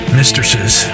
mistresses